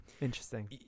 Interesting